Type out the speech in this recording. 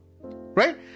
right